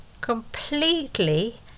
completely